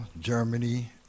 Germany